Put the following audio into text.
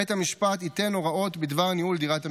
בית המשפט ייתן הוראות בדבר ניהול דירת המגורים.